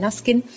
skin